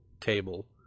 table